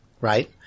right